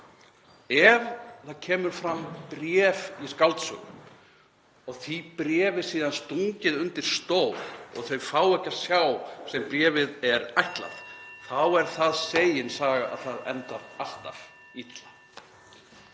Ef það kemur fram bréf í skáldsögu og því bréfi er síðan stungið undir stól og þau fá ekki að sjá sem bréfið er ætlað, þá er það segin saga að það endar alltaf illa.